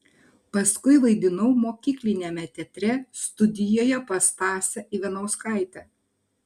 paskui vaidinau mokykliniame teatre studijoje pas stasę ivanauskaitę